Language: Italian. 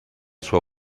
sua